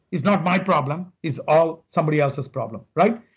it's not my problem. it's all somebody else's problem, right?